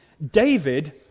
David